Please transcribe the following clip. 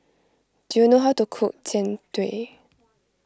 do you know how to cook Jian Dui